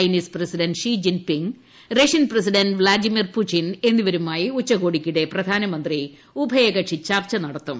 Chinese president Xi Jinping Russian president Vladimir Putin എന്നിവരുമായി ഉച്ചകോടിക്കിടെ പ്രധാനമന്ത്രി ഉഭയകക്ഷി ചർച്ച നടത്തും